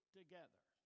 together